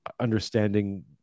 understanding